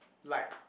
like